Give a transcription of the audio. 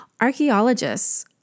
archaeologists